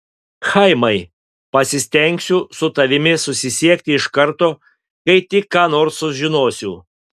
chaimai pasistengsiu su tavimi susisiekti iš karto kai tik ką nors sužinosiu